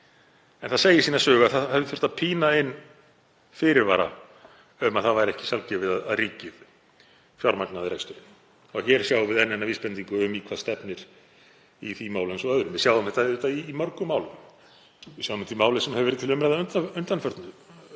En það segir sína sögu að það hefði þurft að pína inn fyrirvara um að það væri ekki sjálfgefið að ríkið fjármagnaði rekstur. Hér sjáum við enn eina vísbendingu um það í hvað stefnir í því máli eins og öðrum. Við sjáum þetta auðvitað í mörgum málum. Við sjáum þetta í máli sem verið hefur til umræðu að undanförnu,